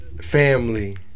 Family